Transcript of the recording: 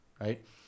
Right